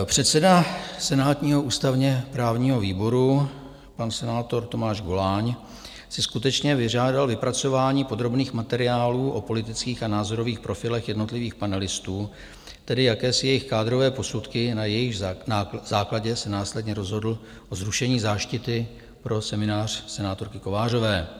Předseda senátního ústavněprávního výboru, pan senátor Tomáš Goláň, si skutečně vyžádal vypracování podrobných materiálů o politických a názorových profilech jednotlivých panelistů, tedy jakési jejich kádrové posudky, na jejichž základě se následně rozhodl o zrušení záštity pro seminář senátorky Kovářové.